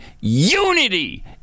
unity